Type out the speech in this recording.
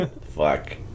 fuck